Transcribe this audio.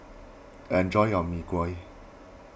enjoy your Mee Kuah